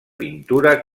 pintura